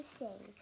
sing